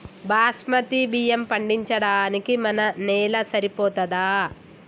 బాస్మతి బియ్యం పండించడానికి మన నేల సరిపోతదా?